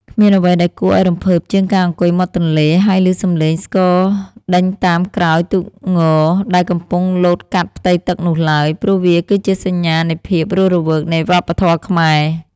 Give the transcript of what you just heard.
គ្មានអ្វីដែលគួរឱ្យរំភើបជាងការអង្គុយមាត់ទន្លេ ហើយឮសំឡេងស្គរដេញតាមក្រោយទូកងដែលកំពុងលោតកាត់ផ្ទៃទឹកនោះឡើយ ព្រោះវាគឺជាសញ្ញានៃភាពរស់រវើកនៃវប្បធម៌ខ្មែរ។